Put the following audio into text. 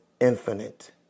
infinite